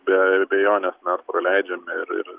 be abejonės mes praleidžiam ir ir